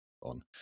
on